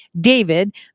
David